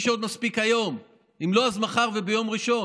מי שעוד מספיק, היום, אם לא, אז מחר וביום ראשון.